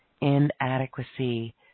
inadequacy